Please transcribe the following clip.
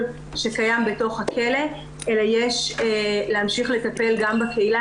שקיים בתוך הכלא אלא יש להמשיך לטפל גם בקהילה,